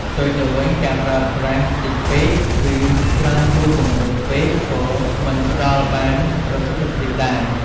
ផ្ទុយទៅវិញ ការប្រើប្រាស់តិចពេក ឬច្រើនហួសកម្រិតពេកក៏មិនផ្ដល់បានប្រសិទ្ធភាពដែរ។